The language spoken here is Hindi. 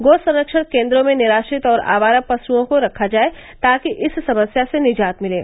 गो संरक्षण केन्द्रों में निराश्रित और आवारा पश्ओं को रखा जाए ताकि इस समस्या से निजात मिले